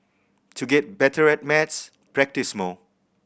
to get better at maths practise more